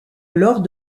lors